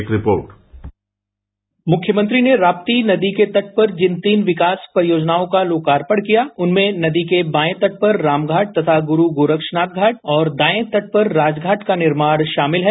एक रिपोर्ट मुख्यमंत्री ने राप्ती नदी के तट पर जिन तीन विकास परियोजनाओं का लोकार्पण किया उनमें नदी के बाएं तट पर रामघाट तथा गुरू गोरबनाथ घाट और दाएं तट पर राजघाट का निर्माण शामिल है